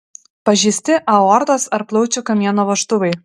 pažeisti aortos ar plaučių kamieno vožtuvai